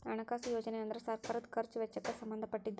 ಹಣಕಾಸು ಯೋಜನೆ ಅಂದ್ರ ಸರ್ಕಾರದ್ ಖರ್ಚ್ ವೆಚ್ಚಕ್ಕ್ ಸಂಬಂಧ ಪಟ್ಟಿದ್ದ